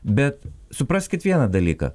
bet supraskit vieną dalyką